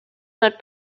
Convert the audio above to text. not